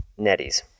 Netties